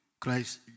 Christ